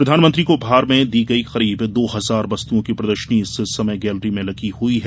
प्रधानमंत्री को उपहार में दी गई करीब दो हजार वस्तुंओं की प्रदर्शनी इस समय गैलरी में लगी हुई है